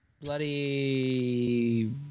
Bloody